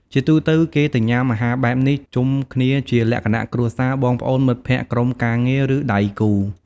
ជាទូទៅ គេទៅញុំាអាហារបែបនេះជុំគ្នាជាលក្ខណៈគ្រួសារ បងប្អូន មិត្តភក្តិ ក្រុមការងារ ឬដៃគូ។